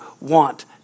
want